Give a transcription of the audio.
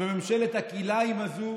שבממשלת הכלאיים הזאת,